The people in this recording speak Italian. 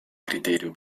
criterio